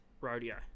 rodeo